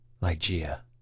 Lygia